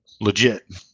legit